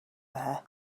there